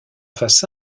fasse